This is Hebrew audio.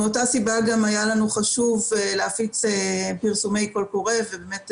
מגוון גורמים בקולורדו ובקנדה.